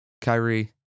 Kyrie